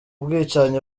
bwicanyi